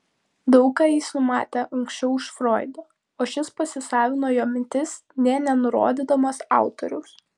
daug ką jis numatė anksčiau už froidą o šis pasisavino jo mintis nė nenurodydamas autoriaus